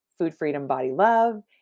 foodfreedombodylove